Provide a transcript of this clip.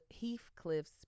Heathcliff's